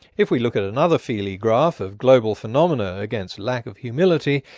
if we look at another feelie graph of global phenomena against lack of humility,